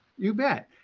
you bet.